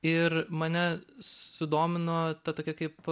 ir mane sudomino ta tokia kaip